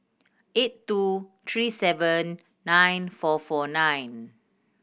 eight two three seven nine four four nine